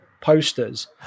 posters